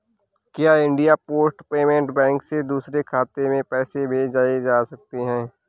क्या India Post payment bank से दूसरे खाते में पैसे भेजे जा सकते हैं?